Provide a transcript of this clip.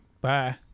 bye